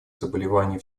заболеваний